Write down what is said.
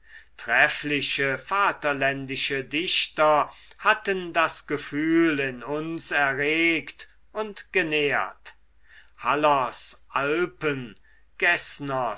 treffliche vaterländische dichter hatten das gefühl in uns erregt und genährt hallers alpen geßners